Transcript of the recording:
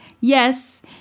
yes